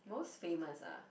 most famous ah